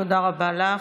תודה רבה לך.